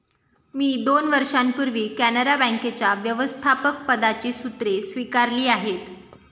मी दोन वर्षांपूर्वी कॅनरा बँकेच्या व्यवस्थापकपदाची सूत्रे स्वीकारली आहेत